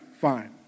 fine